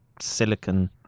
silicon